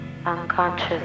Unconscious